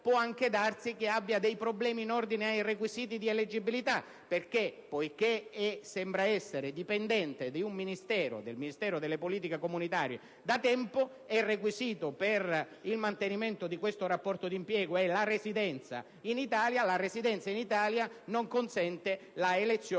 può anche darsi che abbia alcuni problemi in ordine ai requisiti di eleggibilità, dal momento che sembra essere dipendente di un Ministero, precisamente del Ministero delle politiche comunitarie, da tempo. Il requisito per il mantenimento di questo rapporto d'impiego è la residenza in Italia e la residenza in Italia non consente l'elezione